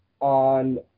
on